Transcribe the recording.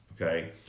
okay